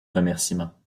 remerciement